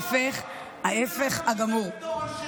ההפך, ההפך הגמור.